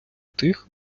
тих